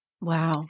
Wow